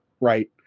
Right